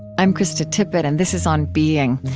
i'm krista tippett, and this is on being.